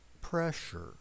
pressure